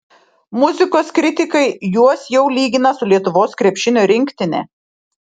muzikos kritikai juos jau lygina su lietuvos krepšinio rinktine